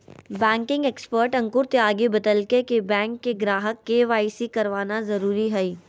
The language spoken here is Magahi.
बैंकिंग एक्सपर्ट अंकुर त्यागी बतयलकय कि बैंक के ग्राहक के.वाई.सी करवाना जरुरी हइ